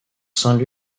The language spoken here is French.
saint